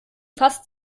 fast